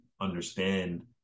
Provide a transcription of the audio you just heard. understand